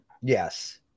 Yes